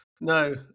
No